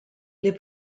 les